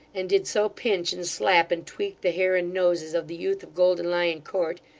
and did so pinch and slap and tweak the hair and noses of the youth of golden lion court,